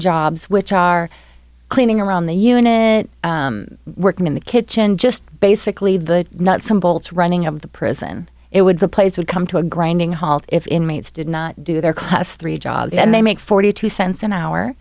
jobs which are cleaning around the unit working in the kitchen just basically the nuts and bolts running of the prison it would the place would come to a grinding halt if inmates did not do their class three jobs and they make forty two cents an hour